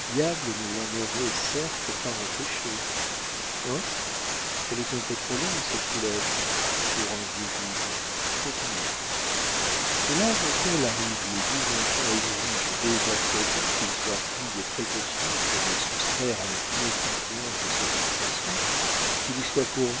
diable ne l'en aurait certes pas empêchée hein elle est un peu trop longue cette couleuvre pour un vieux juge continuons que l'âge auquel arrivent lesdits enfants exige dès à présent qu'il soit pris des précautions pour les soustraire à la funeste influence de cette éducation qu'il y soit pourvu